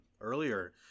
earlier